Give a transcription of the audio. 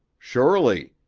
surely.